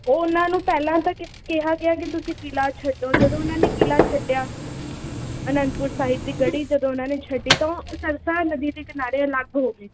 ਉਹਨਾਂ ਨੂੰ ਪਹਿਲਾਂ ਤਾਂ ਕਿਹਾ ਗਿਆ ਕਿ ਤੁਸੀਂ ਕਿਲ੍ਹਾ ਛੱਡੋ ਜਦੋਂ ਉਹਨਾਂ ਨੇ ਕਿਲ੍ਹਾ ਛੱਡਿਆ ਅਨੰਦਪੁਰ ਸਾਹਿਬ ਦੀ ਗੜੀ ਜਦੋਂ ਉਹਨਾਂ ਨੇ ਛੱਡੀ ਤਾਂ ਉਹ ਸਰਸਾ ਨਦੀ ਦੇ ਕਿਨਾਰੇ ਅਲੱਗ ਹੋ ਗਏ